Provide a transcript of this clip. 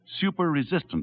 super-resistant